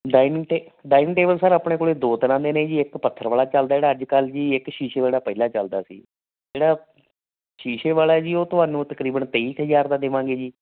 dining ਟੇ dining table sir ਆਪਣੇ ਕੋਲ ਦੋ ਤਰ੍ਹਾਂ ਦੇ ਨੇ ਜੀ ਇੱਕ ਪੱਥਰ ਵਾਲਾ ਚੱਲਦਾ ਜਿਹੜਾ ਅੱਜ ਕੱਲ੍ਹ ਜੀ ਇੱਕ ਸ਼ੀਸ਼ੇ ਵਾਲਾ ਪਹਿਲਾਂ ਚਲਦਾ ਸੀ ਜਿਹੜਾ ਸ਼ੀਸ਼ੇ ਵਾਲਾ ਹੈ ਜੀ ਉਹ ਤੁਹਾਨੂੰ ਤਕਰੀਬਨ ਤੇਈ ਕੁ ਹਜ਼ਾਰ ਦਾ ਦੇਵਾਂਗੇ ਜੀ